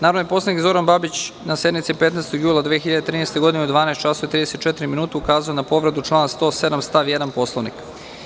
Narodni poslanik Zoran Babić na sednici 15. jula 2013. godine, u 12 časova i 30 minuta, ukazao je na povredu člana 106. stav 1. Poslovnika.